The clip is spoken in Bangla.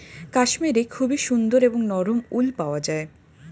কাশ্মীরে খুবই সুন্দর এবং নরম উল পাওয়া যায়